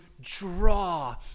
draw